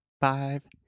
five